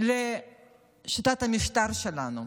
לשיטת המשטר שלנו,